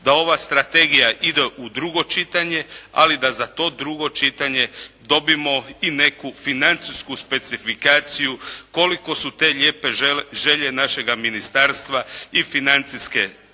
da ova strategija ide u drugo čitanje, ali da za to drugo čitanje dobijemo i neku financijsku specifikaciju koliko su te lijepe želje našega ministarstva i financijski teške,